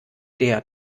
der